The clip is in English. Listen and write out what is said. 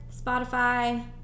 Spotify